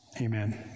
Amen